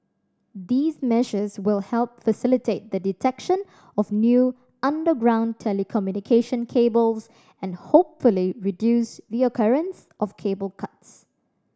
these measures will help facilitate the detection of new underground telecommunication cables and hopefully reduce the occurrence of cable cuts